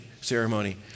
ceremony